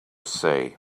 say